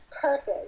Perfect